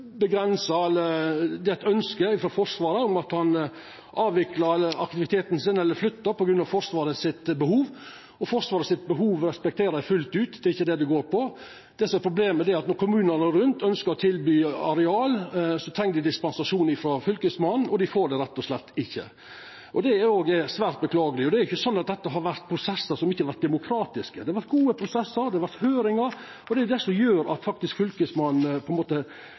sin, eller flyttar, på grunn av Forsvaret sitt behov. Forsvaret sitt behov respekterer eg fullt ut, det er ikkje det det går på. Det som er problemet, er at når kommunane rundt ønskjer å tilby areal, treng dei dispensasjon frå Fylkesmannen, og det får dei rett og slett ikkje. Det er også svært beklageleg. Og det er jo ikkje slik at dette har vore prosessar som ikkje har vore demokratiske. Det har vore gode prosessar, det har vore høyringar. Det er faktisk det som gjer at Fylkesmannen sette seg på